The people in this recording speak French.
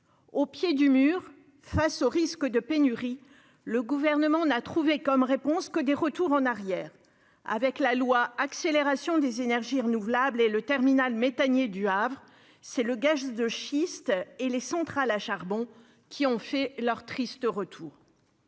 Au pied du mur, face au risque de pénurie, le Gouvernement n'a trouvé comme réponse que des retours en arrière. Avec le projet de loi relatif à l'accélération de la production des énergies renouvelables, c'est le terminal méthanier du Havre, le gaz de schiste et les centrales à charbon qui ont fait leur triste retour.